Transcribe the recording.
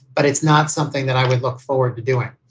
but it's not something that i would look forward to doing.